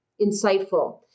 insightful